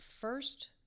first